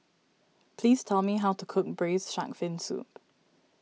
please tell me how to cook Braised Shark Fin Soup